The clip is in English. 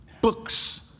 Books